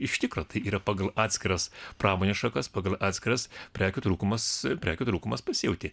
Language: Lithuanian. iš tikro tai yra pagal atskiras pramonės šakas pagal atskiras prekių trūkumas prekių trūkumas pasijautė